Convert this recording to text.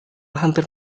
hampir